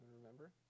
Remember